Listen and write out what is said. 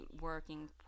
working